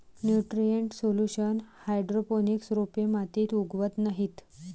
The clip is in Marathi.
न्यूट्रिएंट सोल्युशन हायड्रोपोनिक्स रोपे मातीत उगवत नाहीत